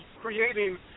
creating